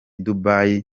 dubai